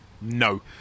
no